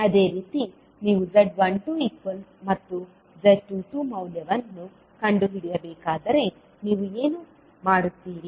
ಅದೇ ರೀತಿ ನೀವು z12 ಮತ್ತು z22 ಮೌಲ್ಯವನ್ನು ಕಂಡುಹಿಡಿಯಬೇಕಾದರೆ ನೀವು ಏನು ಮಾಡುತ್ತೀರಿ